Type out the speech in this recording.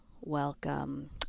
welcome